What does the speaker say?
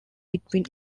between